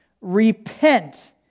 repent